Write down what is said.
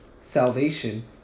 salvation